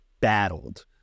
battled